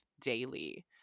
daily